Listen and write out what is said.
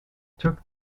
took